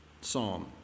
psalm